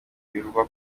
bivugwa